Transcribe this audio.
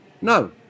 No